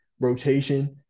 rotation